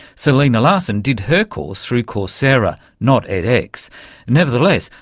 selena larson did her course through coursera, not edx. nevertheless,